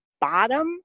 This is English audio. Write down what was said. bottom